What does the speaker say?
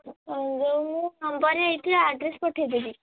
ଯୋଉ ମୁଁ ନମ୍ବର୍ରେ ଏଇଥିରେ ଆଡ଼୍ରେସ୍ ପଠେଇଦେବି